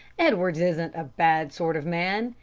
edwards isn't a bad sort of man.